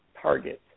targets